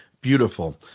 beautiful